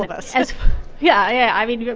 us yeah. yeah. i mean, you know